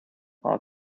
are